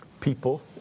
people